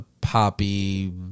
Poppy